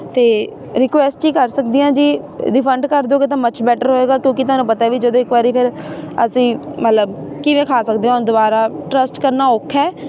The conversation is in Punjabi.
ਅਤੇ ਰਿਕੁਐਸਟ ਹੀ ਕਰ ਸਕਦੀ ਹਾਂ ਜੀ ਰਿਫੰਡ ਕਰ ਦਿਓਗੇ ਤਾਂ ਮਚ ਬੈਟਰ ਹੋਏਗਾ ਕਿਉਂਕਿ ਤੁਹਾਨੂੰ ਪਤਾ ਵੀ ਜਦੋਂ ਇੱਕ ਵਾਰੀ ਫਿਰ ਅਸੀਂ ਮਤਲਬ ਕਿਵੇਂ ਖਾ ਸਕਦੇ ਹਾਂ ਹੁਣ ਦੁਬਾਰਾ ਟਰਸਟ ਕਰਨਾ ਔਖਾ